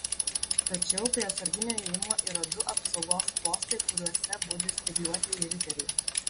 tačiau prie atsarginio įėjimo yra du apsaugos postai kuriuose budi spygliuotieji riteriai